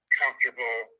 comfortable